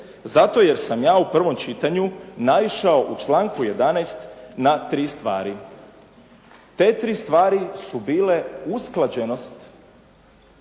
zato jer sam ja u prvom čitanju naišao u članku 11. na tri stvari. Te tri stvari su bile usklađenost,